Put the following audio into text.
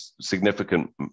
significant